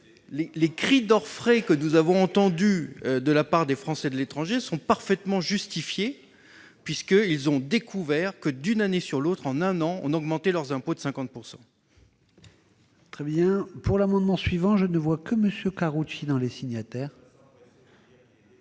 Les cris d'orfraie que nous avons entendus de la part des Français de l'étranger sont donc parfaitement justifiés, dans la mesure où ils ont découvert que, d'une année sur l'autre, on avait augmenté leurs impôts de 50 %.